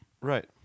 Right